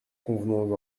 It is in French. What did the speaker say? convenons